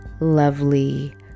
lovely